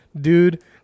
dude